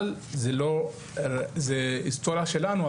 אבל זה היסטוריה שלנו,